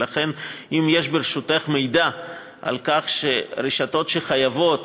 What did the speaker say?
ולכן, אם יש ברשותך מידע על כך שרשתות שחייבות